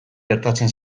gertatzen